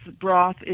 broth